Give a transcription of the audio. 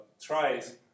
tries